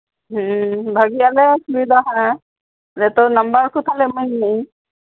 ᱵᱷᱟᱹᱜᱤ ᱟᱫᱚᱢ ᱞᱟᱹᱭᱮᱫᱟ ᱦᱮᱸ ᱡᱚᱛᱚ ᱱᱟᱢᱵᱟᱨ ᱠᱚ ᱛᱟᱦᱞᱮ ᱮᱢᱟᱧ ᱢᱮ ᱤᱧ